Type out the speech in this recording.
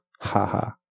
Ha-ha